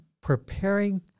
preparing